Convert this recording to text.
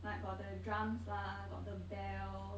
like got the drums lah got the bell